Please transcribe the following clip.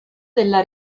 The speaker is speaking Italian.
della